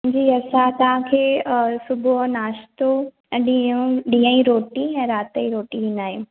जी अच्छा तव्हां खे सुबुहु नाश्तो ऐं ॾींहं जो ॾींहं जी रोटी राति जी रोटी मिलाए